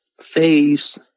face